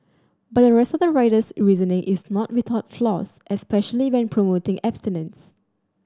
but the rest of the writer's reasoning is not without flaws especially when promoting abstinence